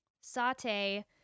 saute